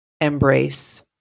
embrace